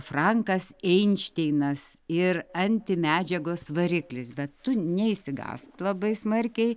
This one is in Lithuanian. frankas einšteinas ir antimedžiagos variklis bet tu neišsigąsk labai smarkiai